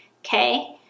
okay